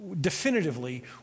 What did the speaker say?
definitively